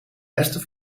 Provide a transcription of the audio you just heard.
westen